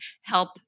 help